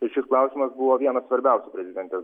ir šis klausimas buvo vienas svarbiausių prezidentės